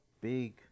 big